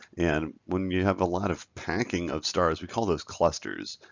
and when you have a lot of packing of stars we call those clusters.